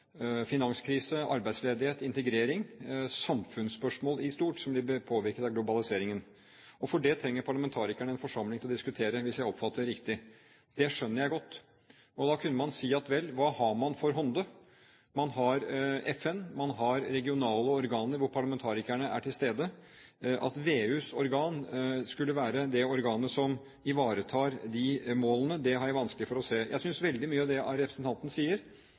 finanskrise, arbeidsledighet, integrering, samfunnsspørsmål i stort, som blir påvirket av globaliseringen. Til det trenger parlamentarikerne en forsamling for å diskutere, hvis jeg oppfattet det riktig. Det skjønner jeg godt. Og da kunne man si: Hva har man for hånden? Man har FN, og man har regionale organer hvor parlamentarikerne er til stede. At VEUs organ skulle være det organet som ivaretar de målene, har jeg vanskelig for å se. Jeg synes veldig mye av det representanten sier,